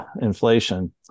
inflation